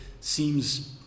seems